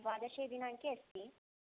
द्वादशे दिनाङ्के अस्ति